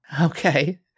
Okay